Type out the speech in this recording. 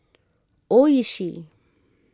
Oishi